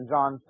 John